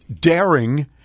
daring